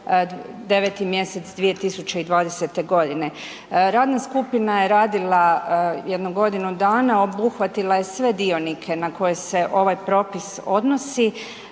9.mj 2020. godine. Radna skupina je radila jedno godinu dana, obuhvatila je sve dionike na koje se ovaj propis odnosi.